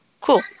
cool